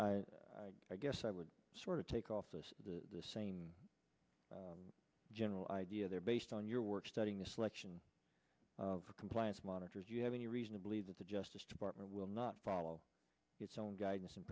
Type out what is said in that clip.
i guess i would sort of take off the same general idea there based on your work studying the selection for compliance monitor you have any reason to believe that the justice department will not follow its own guidance and